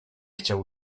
chciał